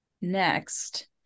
Next